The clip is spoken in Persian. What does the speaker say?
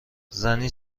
زنی